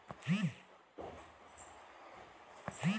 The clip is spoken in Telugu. మహిళలు వ్యవసాయ ఋణం తీసుకోవచ్చా?